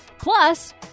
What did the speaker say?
Plus